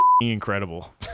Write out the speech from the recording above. incredible